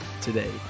today